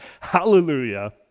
Hallelujah